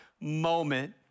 moment